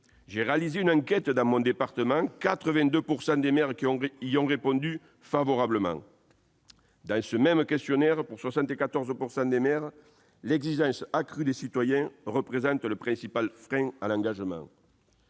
J'ai réalisé une enquête dans mon département : 82 % des maires qui ont répondu y sont favorables. D'après ce même questionnaire, pour 74 % des maires, l'exigence accrue des citoyens représente le principal frein à l'engagement.